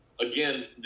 again